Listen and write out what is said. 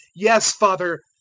yes, father,